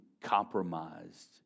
compromised